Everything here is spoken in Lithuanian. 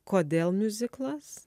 kodėl miuziklas